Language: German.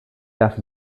darf